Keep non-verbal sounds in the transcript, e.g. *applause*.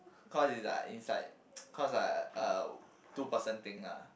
cause it's like inside *noise* cause like uh uh two person thing lah